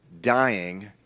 dying